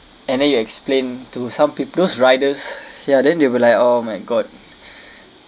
and then you explain to some peo~ those riders ya then they'll be like oh my god